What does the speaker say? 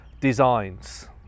designs